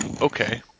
Okay